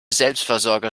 selbstversorger